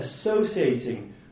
associating